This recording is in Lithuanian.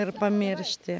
ir pamiršti